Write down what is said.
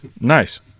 Nice